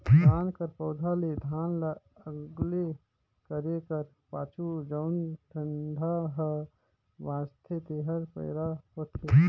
धान कर पउधा ले धान ल अलगे करे कर पाछू जउन डंठा हा बांचथे तेहर पैरा होथे